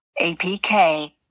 APK